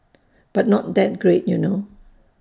but not that great you know